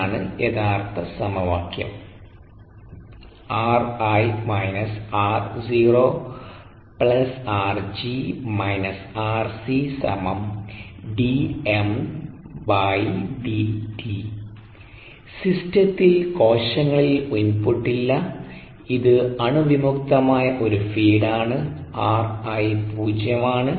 ഇതാണ് യഥാർത്ഥ സമവാക്യം സിസ്റ്റത്തിൽ കോശങ്ങളിൽ ഇൻപുട്ട് ഇല്ല ഇത് അണുവിമുക്തമായ ഒരു ഫീഡാണ് ri പൂജ്യമാണ്